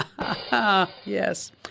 Yes